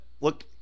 Look